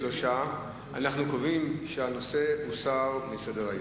3. אנחנו קובעים שהנושא הוסר מסדר-היום.